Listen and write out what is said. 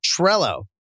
Trello